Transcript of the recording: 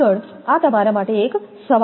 આગળ આ તમારા માટે એક સવાલ છે